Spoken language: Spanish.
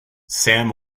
sam